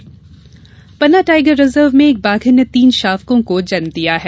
tiger reserve Panna tiger reserve में एक बाधिन ने तीन शावकों को जन्म दिया है